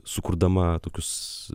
sukurdama tokius